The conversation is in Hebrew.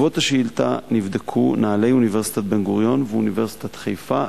בעקבות השאילתא נבדקו נוהלי אוניברסיטת בן-גוריון ואוניברסיטת חיפה,